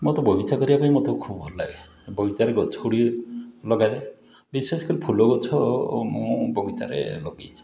ମୋତେ ବଗିଚା କରିବାପାଇଁ ମୋତେ ଖୁବ୍ ଭଲଲାଗେ ବଗିଚାରେ ଗଛଗୁଡ଼ିଏ ଲଗାଏ ବିଶେଷକରି ଫୁଲଗଛ ମୁଁ ବଗିଚାରେ ଲଗେଇଛି